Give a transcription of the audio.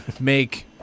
make –